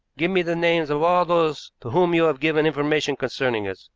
give me the names of all those to whom you have given information concerning us,